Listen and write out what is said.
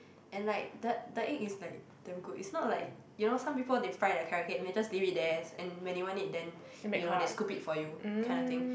and like the the egg is like damn good is not like you know some people they fry their carrot cake and they just leave it there and when you want it then you know they scoop it for you kind of thing